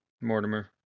Mortimer